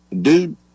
Dude